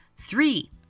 Three